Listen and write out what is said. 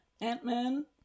Ant-Man